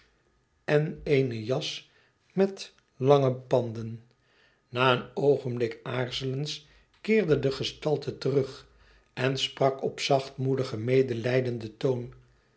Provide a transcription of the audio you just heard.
en eene jas met lange panden na een oogenblik aaraelens keerde de gestalte terug en sprak op zachtmoedigen roedelijdenden toon